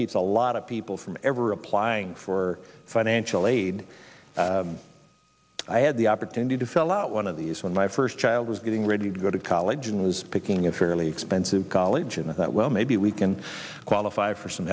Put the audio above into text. keeps a lot of people from ever applying for financial aid i had the opportunity to fell out one of these when my first child was getting ready to go to college and was picking a fairly expensive college and i thought well maybe we can qualify for some